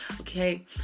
okay